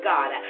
God